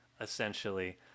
essentially